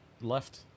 left